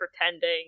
pretending